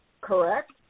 Correct